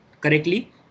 correctly